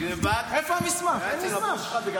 אין מסמך.